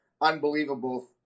unbelievable